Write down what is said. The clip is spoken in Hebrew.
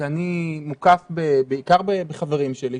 כי אני מוקף בעיקר בחברים שלי,